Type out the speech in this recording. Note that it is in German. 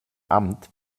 amt